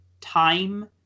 time